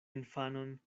infanon